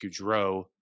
Goudreau